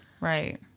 Right